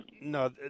No